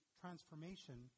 transformation